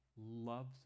loves